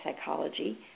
psychology